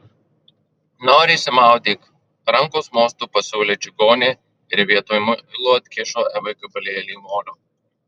nori išsimaudyk rankos mostu pasiūlė čigonė ir vietoj muilo atkišo evai gabalėlį molio